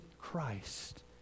Christ